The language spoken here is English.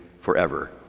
forever